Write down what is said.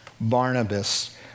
Barnabas